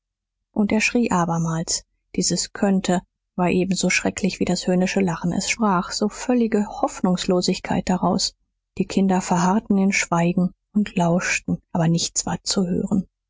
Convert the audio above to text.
und er schrie abermals dieses könnte war ebenso schrecklich wie das höhnische lachen es sprach so völlige hoffnungslosigkeit daraus die kinder verharrten in schweigen und lauschten aber nichts war zu hören